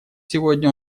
сегодня